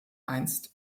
einst